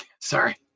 Sorry